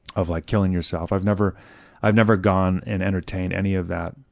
of like killing yourself, i've never i've never gone and entertained any of that,